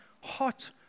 hot